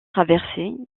traversée